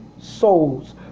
souls